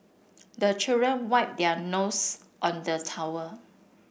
the children wipe their nose on the towel